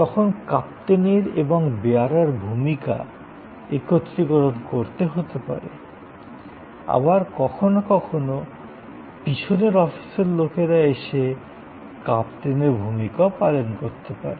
তখন স্টিওয়ার্ডের র এবং বেয়ারার ভূমিকা একত্রীকরণ করতে হতে পারে আবার কখনও কখনও পিছনের অফিসের লোকেরা এসে স্টিওয়ার্ডের র ভূমিকা পালন করতে পারে